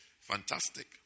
Fantastic